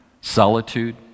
Solitude